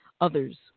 others